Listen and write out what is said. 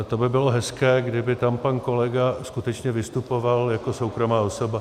To by bylo hezké, kdyby tam pan kolega skutečně vystupoval jako soukromá osoba.